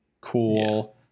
cool